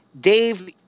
Dave